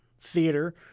theater